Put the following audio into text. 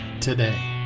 today